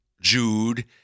Jude